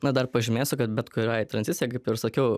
dar pažymėsiu kad bet kuriai tranzicijai kaip ir sakiau